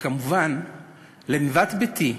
וכמובן לנוות ביתי,